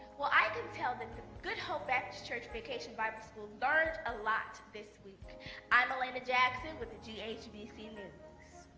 well, i did tell the good hope baptist church vacation bible school learned a lot this week i'm melana jackson with the g h bc news